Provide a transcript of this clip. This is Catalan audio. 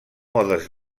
modes